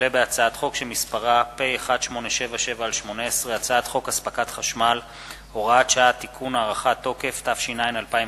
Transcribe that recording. הצעת חוק מיחזור אריזות, התש”ע 2009,